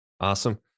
Awesome